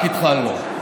רק התחלנו.